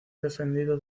defendido